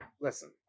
Listen